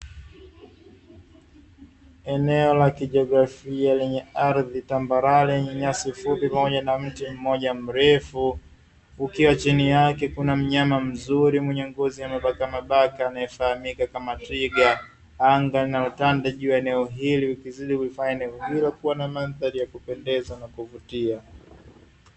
Eneo la kijiografia lenye ardhi tambarare yenye nyasi fupi pamoja na mti mmoja mrefu, ukiwa chini yake kuna mnyama mzuri mwenye ngozi ya mabakamabaka, anayefahamika kama twiga; Anga linalotanda juu ya eneo hili likizidi kuifanya eneo hilo kuwa na mandhari ya kupendeza na kuvutia.